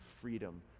freedom